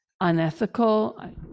unethical